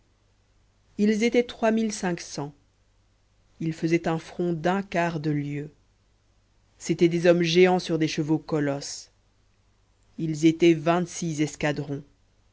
ils étaient trois mille cinq cents ils faisaient un front d'un quart de lieue c'étaient des hommes géants sur des chevaux colosses ils étaient vingt-six escadrons